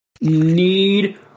need